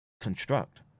construct